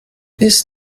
ist